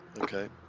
okay